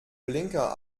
blinker